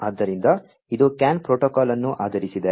ಆದ್ದರಿಂದ ಇದು CAN protocol ಅನ್ನು ಆಧರಿಸಿದೆ